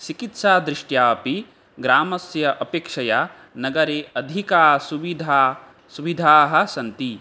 चिकित्सादृष्ट्या अपि ग्रामस्य अपेक्षया नगरे अधिका सुविधा सुविधाः सन्ति